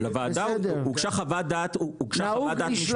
לוועדה הוגשה חוות דעת משפטית.